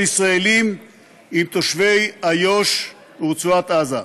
ישראלים עם תושבי איו"ש ורצועת-עזה.